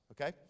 Okay